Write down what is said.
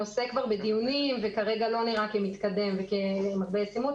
הנושא כבר בדיונים וכרגע לא נראה כמתקדם ומתקרב לישימות,